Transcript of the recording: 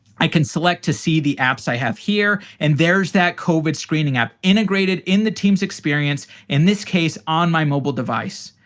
i can select to see the apps i have here, and there's that covid screening app integrated in the teams experience, in this case, on my mobile device.